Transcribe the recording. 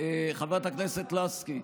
חברת הכנסת לסקי,